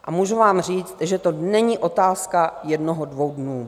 A můžu vám říct, že to není otázka jednoho, dvou dnů.